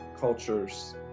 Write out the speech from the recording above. cultures